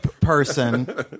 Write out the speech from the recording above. person